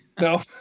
No